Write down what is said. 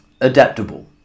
adaptable